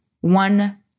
one